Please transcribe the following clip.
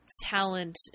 talent